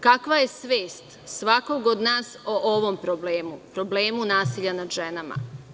Kakva je svest svakoga od nas o ovom problemu, problemu nasilja nad ženama.